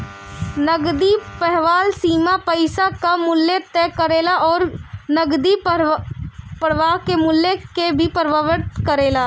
नगदी प्रवाह सीमा पईसा कअ मूल्य तय करेला अउरी नगदी प्रवाह के मूल्य के भी प्रभावित करेला